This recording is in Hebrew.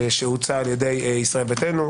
שהוצע על ידי ישראל ביתנו,